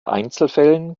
einzelfällen